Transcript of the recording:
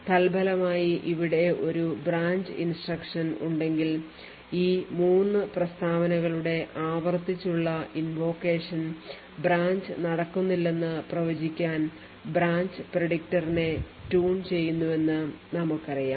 തൽഫലമായി ഇവിടെ ഒരു ബ്രാഞ്ച് instruction ഉണ്ടെങ്കിൽ ഈ 3 പ്രസ്താവനകളുടെ ആവർത്തിച്ചുള്ള invocation ബ്രാഞ്ച് നടക്കുന്നില്ലെന്ന് പ്രവചിക്കാൻ ബ്രാഞ്ച് predictor നെ ട്യൂൺ ചെയ്യുമെന്ന് ഞങ്ങൾക്കറിയാം